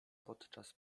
podczas